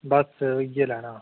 बस इ'यै लैना हा